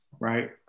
right